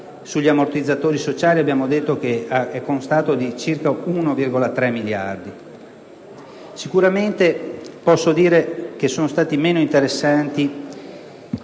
sugli ammortizzatori sociali che, come abbiamo detto, consta di circa 1,3 miliardi. Sicuramente posso dire che sono stati meno interessanti